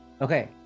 Okay